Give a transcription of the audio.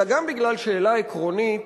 אלא גם בגלל שאלה עקרונית